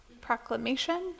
proclamation